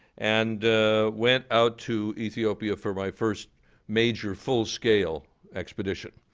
and went out to ethiopia for my first major, full scale expedition.